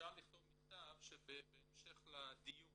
אפשר לכתוב מכתב שבהמשך לדיון